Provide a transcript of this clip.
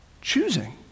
choosing